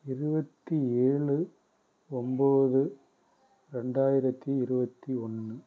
இருபத்தி ஏழு ஒன்போது ரெண்டாயிரத்தி இருபத்தி ஒன்று